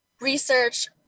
research